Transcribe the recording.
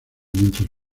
mientras